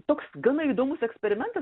toks gana įdomus eksperimentas